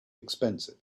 expensive